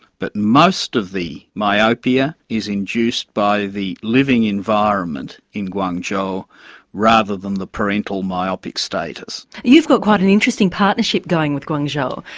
but most of the myopia is induced by the living environment in guangzhou rather than the parental myopic status. you've got quite an interesting partnership going with guangzhou.